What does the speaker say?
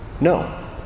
No